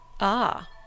Ah